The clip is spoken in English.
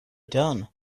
done